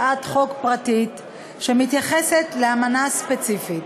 הצעת חוק פרטית המתייחסת לאמנה ספציפית.